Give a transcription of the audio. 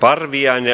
parviainen